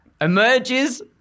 emerges